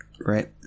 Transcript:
right